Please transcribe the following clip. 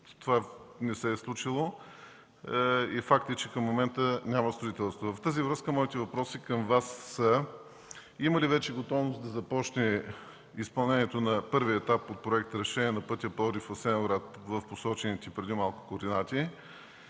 Това не се е случило. Факт е, че и към момента няма строителство. В тази връзка моите въпроси към Вас са: Има ли вече готовност да започне изпълнението на първия етап от Проекта „Разширение на пътя Пловдив – Асеновград” в посочените преди малко координати?